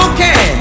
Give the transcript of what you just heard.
Okay